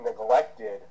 neglected